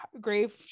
grave